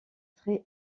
très